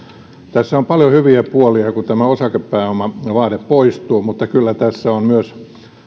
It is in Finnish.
tässä on paljon hyviä puolia kun osakepääomavaade poistuu mutta kyllä tässä on myös